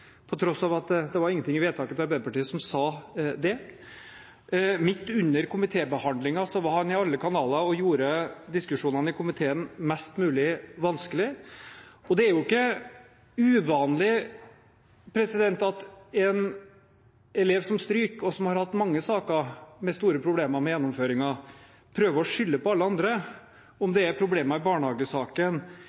til tross for at det ikke var noe i vedtaket til Arbeiderpartiet som tilsa det. Midt under komitébehandlingen var han i alle kanaler og gjorde diskusjonene i komiteen mest mulig vanskelige. Det er jo ikke uvanlig at en elev som stryker, og som har hatt mange saker med store problemer med gjennomføringen, prøver å skylde på alle andre, om det er problemer i barnehagesaken,